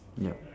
yup